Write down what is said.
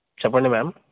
చెప్పండి మ్యామ్